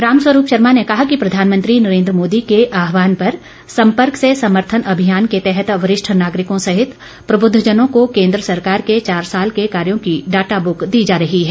राम स्वरूप शर्मा ने कहा कि प्रधानमंत्री नरेन्द्र मोदी के आहवान पर संपर्क से समर्थन की ओर अभियान के तहत वरिष्ठ नागरिकों सहित प्रबुद्वजनों को केन्द्र सरकार के चार साल के कार्यों की डाटा बुक दी जा रही है